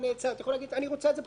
לומר: אני רוצה את זה בחזרה,